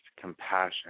compassion